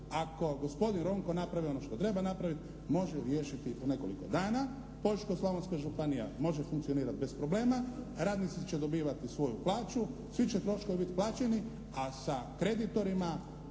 ako gospodin Ronko napravi ono što treba napraviti može riješiti u nekoliko dana, Požeško-slavonska županija može funkcionirati bez problema, radnici će dobivati svoju plaću, svi će troškovi biti plaćeni a sa kreditorima